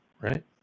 right